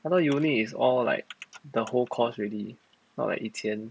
I though uni is all like the whole course already not like 一天